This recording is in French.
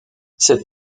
cette